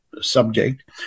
subject